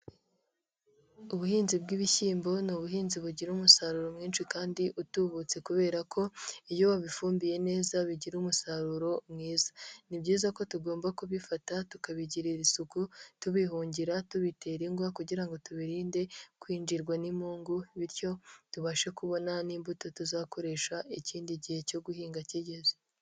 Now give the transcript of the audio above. Ubuhinzi bw'ibishyimbo ni ubuhinzi bugira umusaruro mwinshi kandi utubutse kubera ko iyo wabifumbiye neza bigira umusaruro mwiza, ni byiza ko tugomba kubifata tukabigirira isuku, tubihungira, tubitera ingwa kugira ngo tubiririnde kwinjirwa n'impungu bityo tubashe kubona n'imbuto tuzakoresha ikindi gihe cyo guhinga kigeze.